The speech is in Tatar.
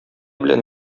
белән